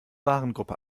warengruppe